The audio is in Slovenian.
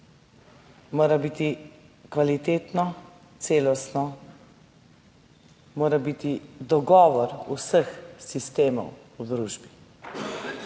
mora biti kvalitetno, celostno, mora biti dogovor vseh sistemov v družbi,